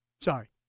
Sorry